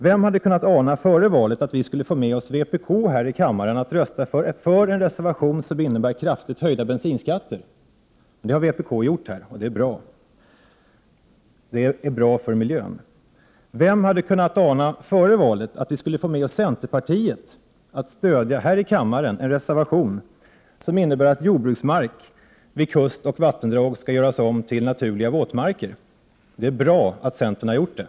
Vem hade kunnat ana före valet att vi skulle få med oss vpk här i kammaren att rösta för en reservation som innebär kraftigt höjda bensinskatter? Det har vpk gjort, och det är bra — för miljön. Vem hade kunnat ana före valet att vi skulle få med oss centerpartiet här i kammaren att stödja en reservation som innebär att jordbruksmark vid kust och vattendrag skall göras om till naturliga våtmarker? Det är bra att centern har gjort det.